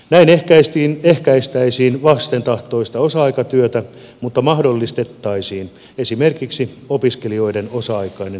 näin ehkäistäisiin vastentahtoista osa aikatyötä mutta mahdollistettaisiin esimerkiksi opiskelijoiden osa aikainen työssäkäynti